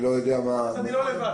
טליה.